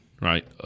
right